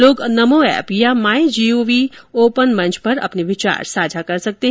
लोग नमो ऐप या MyGov open मंच पर अपने विचार साझा कर सकते हैं